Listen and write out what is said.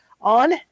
on